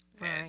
Right